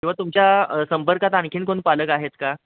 किंवा तुमच्या संपर्कात आणखी कोण पालक आहेत का